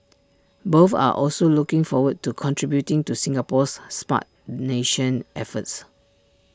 both are also looking forward to contributing to Singapore's Smart Nation efforts